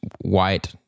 white